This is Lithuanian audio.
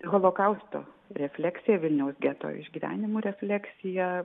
holokausto refleksija vilniaus geto išgyvenimų refleksija